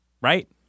Right